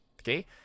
okay